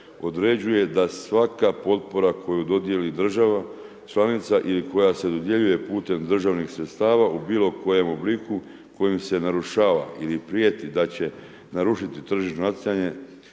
određuje da svaka potpora koju dodijeli država članica ili koja se dodjeljuje putem državnih sredstva u bilo kojem obliku kojima se narušava ili prijeti da će narušiti tržišno natjecanje